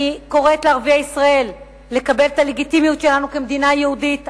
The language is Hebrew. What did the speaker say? אני קוראת לערביי ישראל לקבל את הלגיטימיות שלנו כמדינה יהודית.